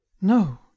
No